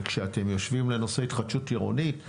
וכשאתם יושבים לנושא התחדשות עירונית,